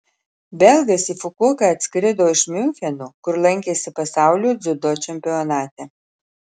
belgas į fukuoką atskrido iš miuncheno kur lankėsi pasaulio dziudo čempionate